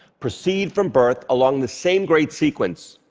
proceed from birth along the same great sequence